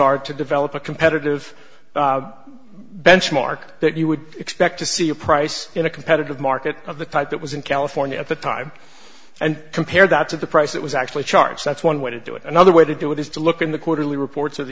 are to develop a competitive benchmark that you would expect to see a price in a competitive market of the type that was in california at the time and compare that to the price that was actually charged that's one way to do it another way to do it is to look in the quarterly reports of